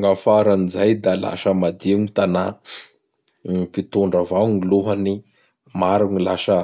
Gnafaran'izay da lasa madio gny tana, gny mpitondra avao gny lohany. Maro gny lasa